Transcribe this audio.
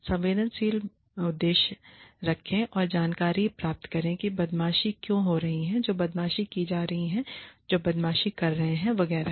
संवेदनशील उद्देश्य रखें और जानकारी प्राप्त करें कि बदमाशी क्यों हो रही है जो बदमाशी की जा रही है जो बदमाशी कर रहे है वगैरह